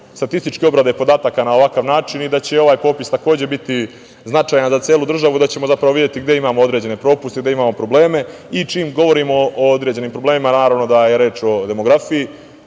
statističke obrade podataka na ovakav način i da će i ovaj popis takođe biti značajan za celu državu, da ćemo videti gde imamo određene propuste, gde imamo probleme. Čim govorimo o određenim problemima, naravno da je reč o demografiji.